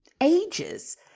ages